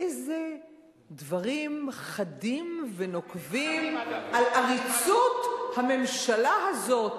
איזה דברים חדים ונוקבים על עריצות הממשלה הזאת,